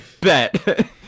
Bet